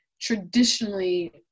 traditionally